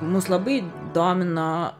mus labai domino